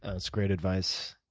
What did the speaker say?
ah that's great advice.